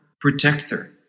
protector